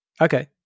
Okay